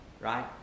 right